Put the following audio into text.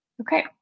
Okay